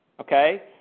Okay